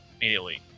immediately